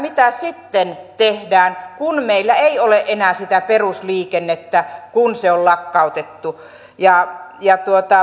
mitä sitten tehdään kun meillä ei ole enää sitä perusliikennettä kun se on lakkautettu